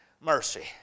Mercy